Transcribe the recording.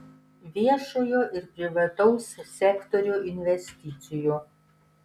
viešojo ir privataus sektorių investicijų